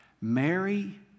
Mary